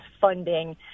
funding